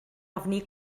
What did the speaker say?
ofni